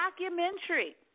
documentary